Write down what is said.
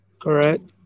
Correct